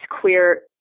queer